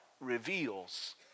reveals